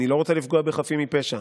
אני לא רוצה לפגוע בחפים מפשע.